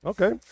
Okay